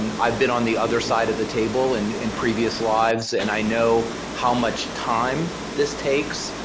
and i've been on the other side of the table in in previous lives and i know how much time this takes,